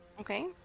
Okay